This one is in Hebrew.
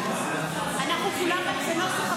נתקבל.